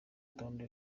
rutonde